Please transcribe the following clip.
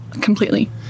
completely